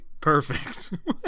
Perfect